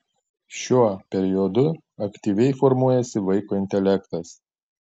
šiuo periodu aktyviai formuojasi vaiko intelektas